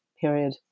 period